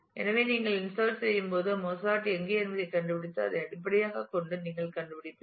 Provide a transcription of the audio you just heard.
எனவே நீங்கள் இன்சர்ட் செய்யும்போது மொஸார்ட் எங்கே என்பதைக் கண்டுபிடித்து இதை அடிப்படையாகக் கொண்டு நீங்கள் கண்டுபிடிப்பீர்கள்